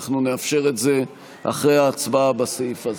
אנחנו נאפשר את זה אחרי ההצבעה בסעיף הזה.